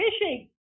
fishing